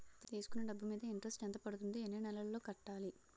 తీసుకున్న డబ్బు మీద ఇంట్రెస్ట్ ఎంత పడుతుంది? ఎన్ని నెలలో కట్టాలి?